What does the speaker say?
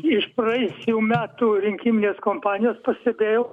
iš praėjusių metų rinkiminės kompanijos pastebėjau